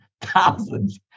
thousands